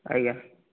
ଆଜ୍ଞା